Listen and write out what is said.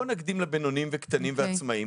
בואו נקדים לבינוניים ולקטנים קודם.